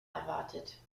erwartet